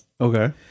Okay